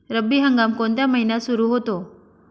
रब्बी हंगाम कोणत्या महिन्यात सुरु होतो?